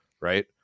Right